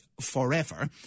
forever